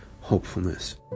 hopefulness